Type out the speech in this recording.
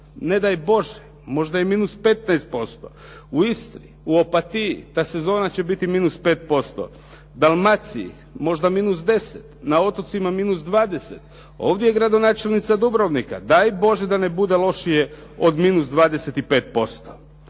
ne daj Bože, možda i minus 15%. U Istri, u Opatiji ta sezona će biti minus 5%, Dalmaciji možda minus 10, na otocima minus 20. Ovdje je gradonačelnica Dubrovnika daj Bože da ne bude lošije od minus 25%.